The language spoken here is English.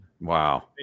Wow